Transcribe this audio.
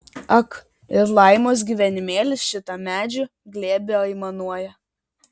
ak ir laimos gyvenimėlis šitam medžių glėby aimanuoja